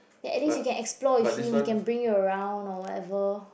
ya at least you can explore with him he can bring you around or whatever